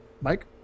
Mike